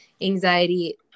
anxiety